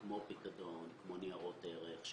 כמו פיקדון, כמו נירות ערך,